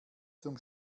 zum